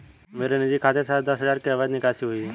मेरे निजी खाते से आज दस हजार की अवैध निकासी हुई है